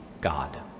God